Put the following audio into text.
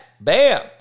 Bam